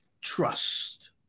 trust